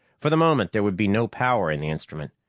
for the moment, there would be no power in the instrument,